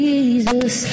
Jesus